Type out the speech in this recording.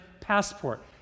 passport